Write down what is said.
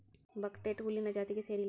buckwheat ಹುಲ್ಲಿನ ಜಾತಿಗೆ ಸೇರಿಲ್ಲಾ